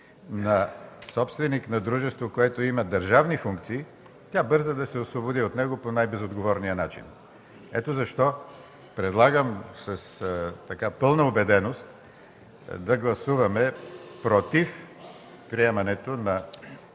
на собственик на дружество, което има държавни функции, тя бърза да се освободи от него по най-безотговорния начин. Ето защо предлагам с пълна убеденост да гласуваме против приемането на